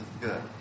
good